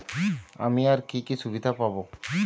আমি আর কি কি সুবিধা পাব?